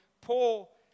Paul